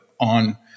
on